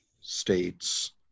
states